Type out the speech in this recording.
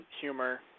humor